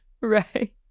Right